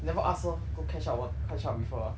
never ask her go catch up wh~ catch up with her ah